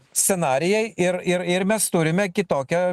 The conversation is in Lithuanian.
scenarijai ir ir ir mes turime kitokią